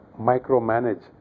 micromanage